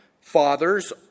fathers